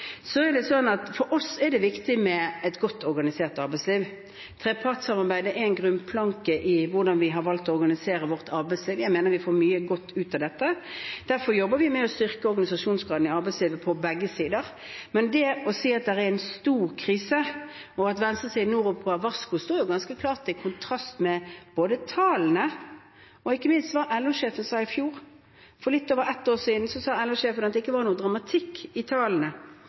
For oss er det viktig med et godt organisert arbeidsliv. Trepartssamarbeidet er en grunnplanke i hvordan vi har valgt å organisere vårt arbeidsliv. Jeg mener vi får mye godt ut av dette. Derfor jobber vi med å styrke organisasjonsgraden i arbeidslivet på begge sider. Det å si at det er en stor krise, og at venstresiden nå roper varsko, står ganske klart i kontrast til både tallene og – ikke minst – det LO-sjefen sa i fjor. For litt over ett år siden sa LO-sjefen at det ikke var noen dramatikk i tallene.